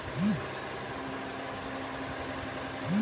direct ক্রেডিটে এক জনের ব্যাঙ্ক থেকে আরেকজনের ব্যাঙ্কে টাকা যায়